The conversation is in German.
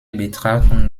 betrachtung